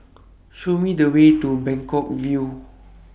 Show Me The Way to Buangkok View